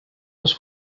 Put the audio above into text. les